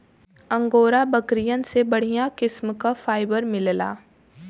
angora बकरियन से बढ़िया किस्म क फाइबर मिलला